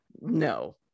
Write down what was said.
no